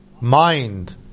mind